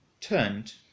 turned